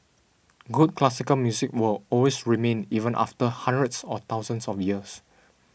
good classical music will always remain even after hundreds or thousands of years